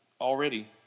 already